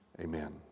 amen